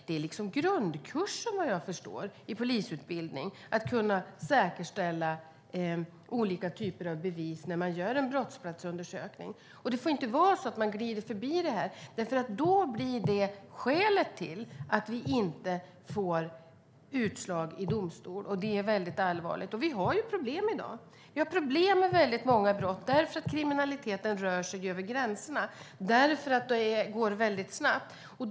Det är vad jag förstår grundkursen i polisutbildning att kunna säkerställa olika typer av bevis när man gör en brottsplatsundersökning. Det får inte vara så att man glider förbi det. Då blir det skälet till att vi inte får utslag i domstol. Det är väldigt allvarligt. Vi har i dag problem med väldigt många brott därför att kriminaliteten rör sig över gränserna och det går väldigt snabbt.